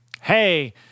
Hey